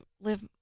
live